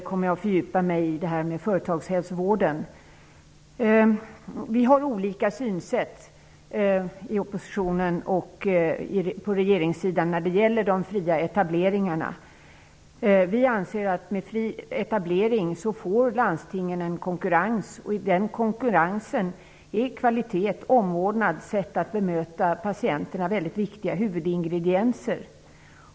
Herr talman! Först vill jag ge några kommentarer kring reservationerna till betänkandet. Sedan kommer jag att fördjupa mig i frågan om företagshälsovården. Oppositionen och regeringssidan har olika synsätt på de fria etableringarna. Vi anser att landstingen med fri etablering utsätts för konkurrens, och i den konkurrensen är kvaliteten, omvårdnaden och sättet att bemöta patienter huvudingredienser.